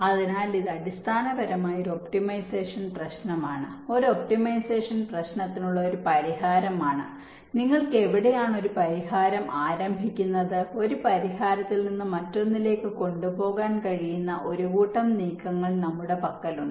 അതിനാൽ ഇത് അടിസ്ഥാനപരമായി ഒരു ഒപ്റ്റിമൈസേഷൻ പ്രശ്നമാണ് ഒരു ഒപ്റ്റിമൈസേഷൻ പ്രശ്നത്തിനുള്ള ഒരു പരിഹാരമാണ് നിങ്ങൾക്ക് എവിടെയാണ് ഒരു പരിഹാരം ആരംഭിക്കുന്നത് ഒരു പരിഹാരത്തിൽ നിന്ന് മറ്റൊന്നിലേക്ക് കൊണ്ടുപോകാൻ കഴിയുന്ന ഒരു കൂട്ടം നീക്കങ്ങൾ നമ്മുടെ പക്കലുണ്ട്